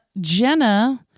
Jenna